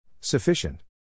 Sufficient